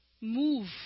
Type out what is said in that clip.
Move